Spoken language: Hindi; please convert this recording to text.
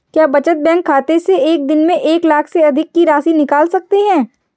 क्या बचत बैंक खाते से एक दिन में एक लाख से अधिक की राशि निकाल सकते हैं?